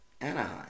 Anaheim